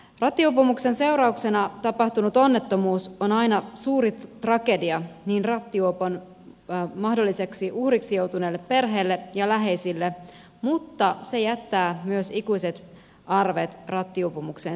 rattijuopumuksen seurauksena tapahtunut onnettomuus on aina suuri tragedia rattijuopon mahdolliseksi uhriksi joutuneelle perheelle ja läheisille mutta se jättää myös ikuiset arvet rattijuopumukseen syyllistyneelle